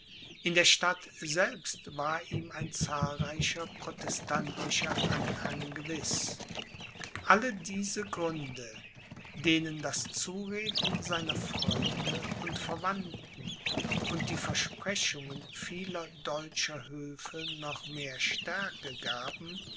in der stadt selbst war ihm ein zahlreicher protestantischer anhang gewiß alle diese gründe denen das zureden seiner freunde und verwandten und die versprechungen vieler deutschen höfe noch mehr stärke gaben